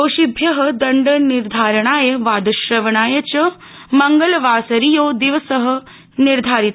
दोषिभ्य दण्ड निर्धारणाय वादश्रवणाय च मंगलवासरीयो दिवस निर्धारित